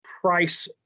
price